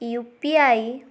U P I